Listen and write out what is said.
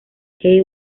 key